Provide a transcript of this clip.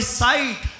sight